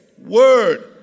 Word